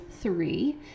three